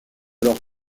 leurs